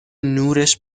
نورش